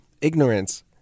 Ignorance